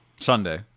Sunday